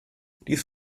dies